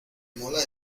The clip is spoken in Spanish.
mola